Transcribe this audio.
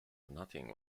nothing